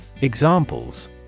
Examples